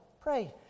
pray